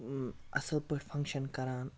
اَصٕل پٲٹھۍ فنٛکشَن کَران